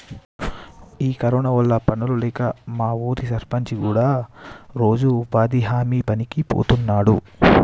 ఈ కరోనా వల్ల పనులు లేక మా ఊరి సర్పంచి కూడా రోజు ఉపాధి హామీ పనికి బోతున్నాడు